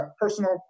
personal